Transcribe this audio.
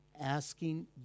asking